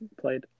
played